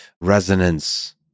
resonance